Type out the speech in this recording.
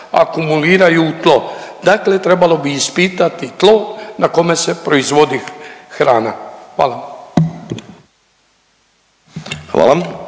akumuliraju u to, dakle trebalo bi ispitati tlo na kome se proizvodi hrana. Hvala.